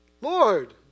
Lord